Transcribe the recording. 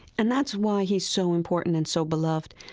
and that's why he's so important and so beloved.